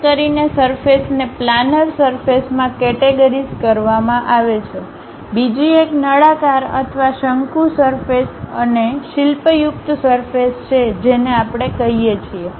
ખાસ કરીને સરફેસને પ્લાનર સરફેસમાં કેટેગરીઝ કરવામાં આવે છે બીજી એક નળાકાર અથવા શંકુ સરફેસ અને શિલ્પયુક્ત સરફેસ છે જેને આપણે કહીએ છીએ